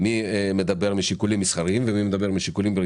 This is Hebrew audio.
שהילדים האלה כל החיים יסבלו מבעיות